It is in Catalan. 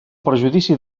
perjudici